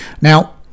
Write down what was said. now